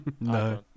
No